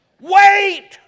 wait